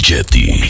Jetty